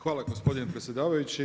Hvala gospodine predsjedavajući.